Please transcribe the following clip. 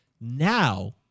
now